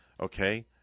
Okay